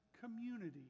community